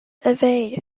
evade